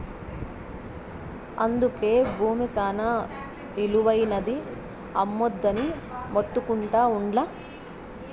అందుకే బూమి శానా ఇలువైనది, అమ్మొద్దని మొత్తుకుంటా ఉండ్లా